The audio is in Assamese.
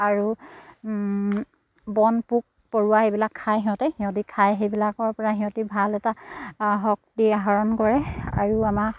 আৰু বন পোক পৰুৱা সেইবিলাক খায় সিহঁতে সিহঁতি খায় সেইবিলাকৰপৰা সিহঁতি ভাল এটা শক্তি আহৰণ কৰে আৰু আমাৰ